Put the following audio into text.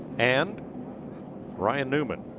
and ryan newman.